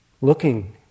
looking